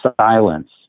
silence